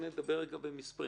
נדבר רגע במספרים.